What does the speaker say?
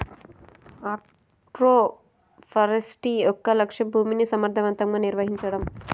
agroforestry యొక్క లక్ష్యం భూమిని సమర్ధవంతంగా నిర్వహించడం